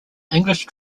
english